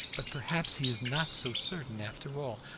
but perhaps he is not so certain, after all.